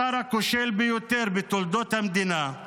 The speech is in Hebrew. השר הכושל ביותר בתולדות המדינה,